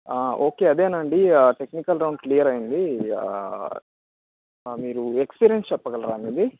okay అదేనండి technical round clear అయింది మీరు ఎక్స్పీరియన్స్ చెప్పగలరా మీది